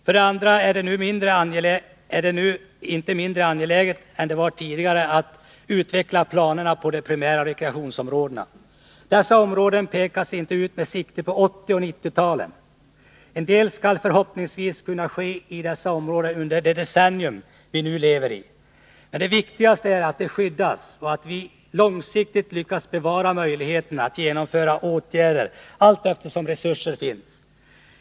För det andra är det inte mindre angeläget nu än det var tidigare att utveckla planerna för de primära rekreationsområdena. Dessa områden pekades inte ut med sikte på 1980 och 1990-talen. En del skall förhoppningsvis kunna ske i dessa områden under det decennium som vi nu lever i — men det viktigaste är att de skyddas och att vi långsiktigt lyckas bevara möjligheten att genomföra åtgärder allteftersom resurser finns.